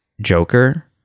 joker